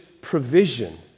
provision